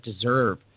deserve